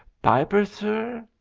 piper, sir?